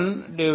12